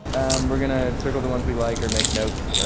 um we're going to circle the ones we like or make notes,